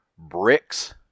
Bricks